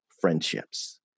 friendships